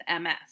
MS